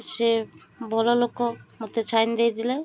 ସେ ଭଲ ଲୋକ ମୋତେ ସାଇନ୍ ଦେଇଥିଲେ